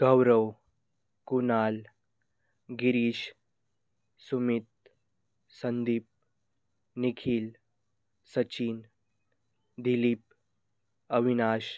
Gaurav Kunal Girish Sumit Sandeep Nikhil Sachin Dilip Avinash